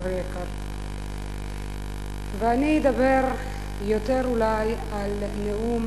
חברי היקר, ואני אדבר יותר על נאום